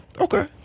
Okay